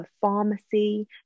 pharmacy